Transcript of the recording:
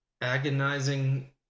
agonizing